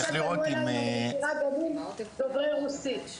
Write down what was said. למשל, פנו אליי דוברי רוסית.